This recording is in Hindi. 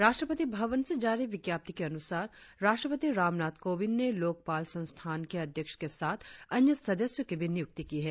राष्ट्रपति भवन से जारी विज्ञप्ति के अनुसार राष्ट्रपति राम नाथ कोविंद ने लोकपाल संस्थान के अध्यक्ष के साथ अन्य सदस्यों की भी नियुक्ति की है